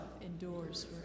endures